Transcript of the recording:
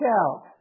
out